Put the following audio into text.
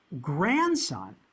grandson